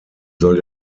soll